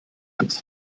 angst